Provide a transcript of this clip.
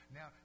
Now